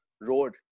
road